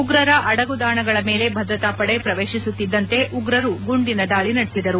ಉಗ್ರರ ಅಡಗುದಾಣಗಳ ಮೇಲೆ ಭದ್ರತಾ ಪಡೆ ಪ್ರವೇಶಿಸುತ್ತಿದ್ದಂತೆ ಉಗ್ರರು ಗುಂಡಿನ ದಾಳಿ ನಡೆಸಿದರು